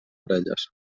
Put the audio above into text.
orelles